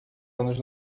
anos